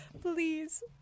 please